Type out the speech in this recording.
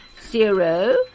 zero